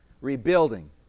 Rebuilding